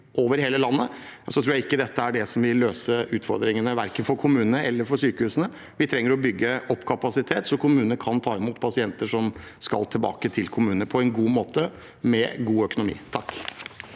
ferdigbehandlet, tror jeg ikke dette er det som vil løse utfordringene, verken for kommunene eller for sykehusene. Vi trenger å bygge opp kapasitet så kommunene kan ta imot pasienter som skal tilbake, på en god måte, med god økonomi. Marian